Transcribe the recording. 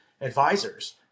advisors